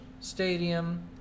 stadium